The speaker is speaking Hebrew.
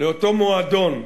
לאותו מועדון,